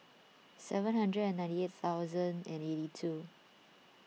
seven hundred and ninety thousand eight eighty two